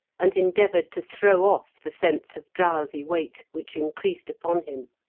and endeavoured to throw off the sense of drowsy weight which increased upon him.